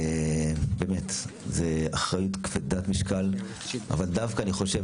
באמת זה אחריות כבדת משקל אבל דווקא אני חושב